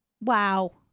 Wow